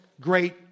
great